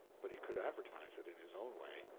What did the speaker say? but he could advertise it in his own way.